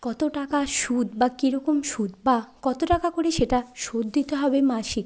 কত টাকা সুদ বা কীরকম সুদ বা কত টাকা করে সেটা শোধ দিতে হবে মাসিক